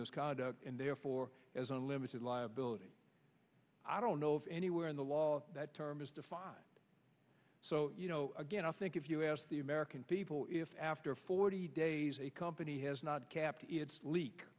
misconduct and therefore as a limited liability i don't know if anywhere in the law that term is defined so again i think if you ask the american people if after forty days a company has not kept its leak